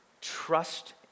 Trust